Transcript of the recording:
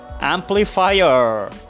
Amplifier